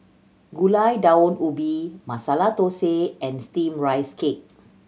Gulai Daun Ubi Masala Thosai and Steamed Rice Cake